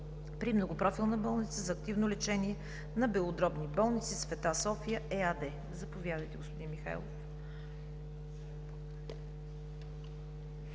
при Многопрофилна болница за активно лечение на белодробни болести „Св. София“ ЕАД. Заповядайте, господин Михайлов.